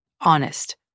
honest